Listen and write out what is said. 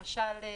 למשל,